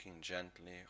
gently